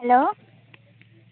hello